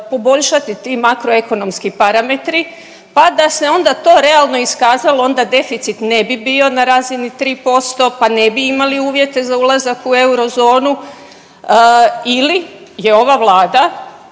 poboljšati ti makroekonomski parametri pa da se onda to realno iskazalo, onda deficit ne bi bio na razini 3% pa ne bi imali uvjete za eurozonu ili je ova Vlada